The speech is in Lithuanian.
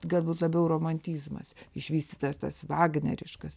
galbūt labiau romantizmas išvystytas tas vagneriškas